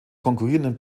konkurrierenden